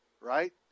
Right